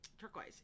turquoise